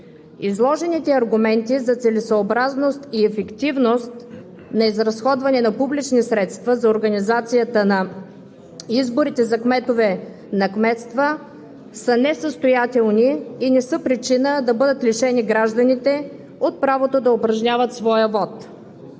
Изложените аргументи за целесъобразност и ефективност на изразходването на публични средства за организация на изборите за кметове на кметства са несъстоятелни и не са причина гражданите да бъдат лишени от правото да упражняват своя вот.